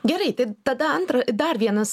gerai tai tada antra dar vienas